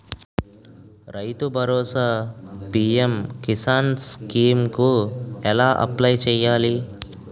రైతు Bharosa PM Kisan scheme కు ఎలా అప్లయ్ చేయాలి?